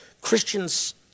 Christians